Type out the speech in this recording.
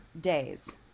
days